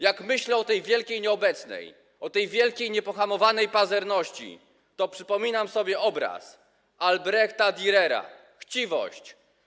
Jak myślę o tej wielkiej nieobecnej, o tej wielkiej niepohamowanej pazerności, to przypominam sobie obraz Albrechta Dürera „Chciwość”